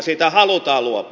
niistä halutaan luopua